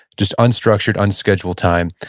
just unstructured, unscheduled time.